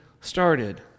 started